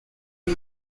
and